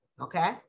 Okay